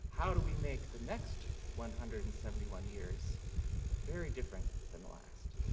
how do we make the next one hundred and seventy one years very different than the last?